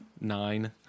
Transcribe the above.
nine